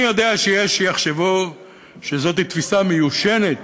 אני יודע שיש שיחשבו שזאת תפיסה מיושנת.